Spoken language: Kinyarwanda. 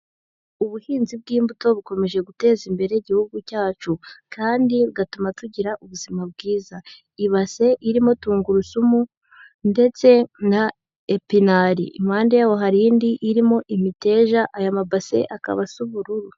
Ubuhinzi bw'imbuto bukomeje guteza imbere igihugu cyacu, kandi bigatuma tugira ubuzima bwiza. Ibase irimo tungurusumu, ndetse na epinari. Impande yaho hari indi irimo imiteja, aya mabase akaba as'ubururu.